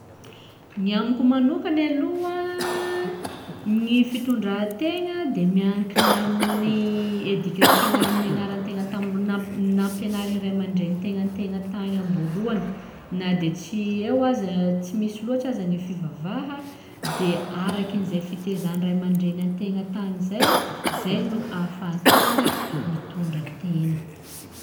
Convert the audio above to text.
Ny amiko manokany aloha, gny fitondrantegna de miankina amin'ny education nianaran-tegna tami mbol- nam- nampenariny ray amandreny an-tegna tegna tagny am-bôlohany na de tsy eo aza, tsy misy lôtsa aza ny fivavaha, de arakan'izay fitaizan'ny ray amandreny an-tegna tegna tagny zay, zay no afahan-tegna mitondra tena.